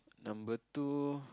number two